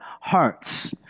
hearts